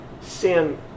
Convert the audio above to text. sin